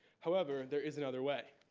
however, there is another way.